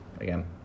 again